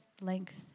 length